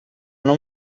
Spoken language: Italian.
non